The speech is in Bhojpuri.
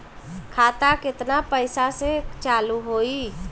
खाता केतना पैसा से चालु होई?